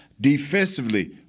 defensively